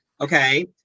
okay